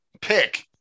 pick